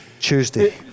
Tuesday